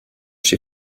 she